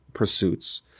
pursuits